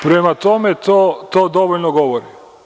Prema tome, to dovoljno govori.